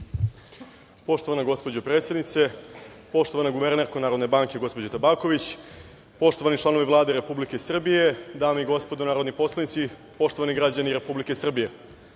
Poštovana gospođo predsednice, poštovana guvernerko Narodne Banke gospođo Tabaković, poštovani članovi Vlade Republike Srbije, dame i gospodo narodni poslanici i poštovani građani Republike Srbije,